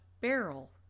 barrel